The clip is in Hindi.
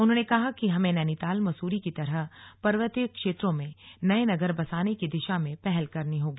उन्होंने कहा कि हमें नैनीताल मसूरी की तरह पर्वतीय क्षेत्रों में नए नगर बसाने की दिशा में पहल करनी होगी